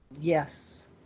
Yes